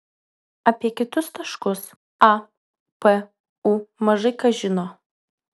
apie kitus taškus a p u mažai kas žino